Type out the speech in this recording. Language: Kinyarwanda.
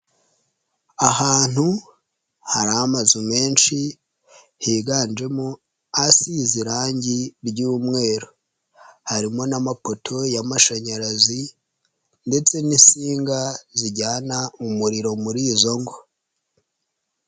Ahantu hari amazu menshi higanjemo asize irangi ry'umweru harimo n'amapoto y'amashanyarazi ndetse n'insinga zijyana umuriro muri izo ngo.